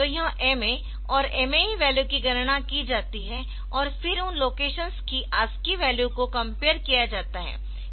तो यह MA और MAE वैल्यू की गणना की जाती है और फिर उन लोकेशंस की ASCII वैल्यू को कंपेयर किया जाता है